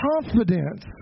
confidence